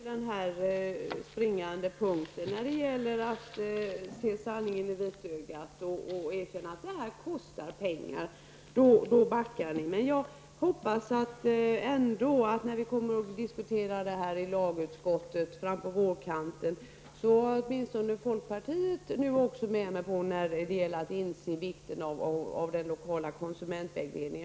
Herr talman! Tyvärr kommer vi nu till den springande punkten. Vi måste se sanningen i vitögat och erkänna att konsumentvägledningen kostar pengar. Då backar ni. Jag hoppas ändå, när vi skall diskutera detta i lagutskottet fram på vårkanten, att jag då åtminstone har folkpartiet med mig då det gäller att inse vikten av den lokala konsumentvägledningen.